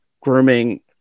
grooming